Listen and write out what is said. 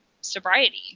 sobriety